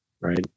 right